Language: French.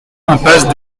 impasse